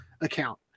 account